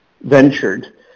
ventured